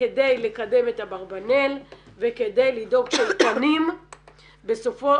כדי לקדם את אברבנאל וכדי לדאוג שתקנים --- בסופו